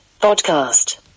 podcast